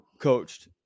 coached